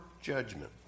judgment